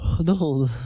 No